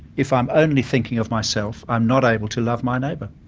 if i'm only thinking of myself, i'm not able to love my neighbour.